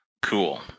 Cool